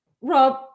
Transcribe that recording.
Rob